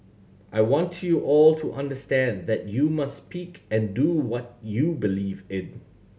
I want you all to understand that you must speak and do what you believe in